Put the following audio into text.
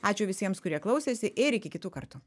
ačiū visiems kurie klausėsi ir iki kitų kartų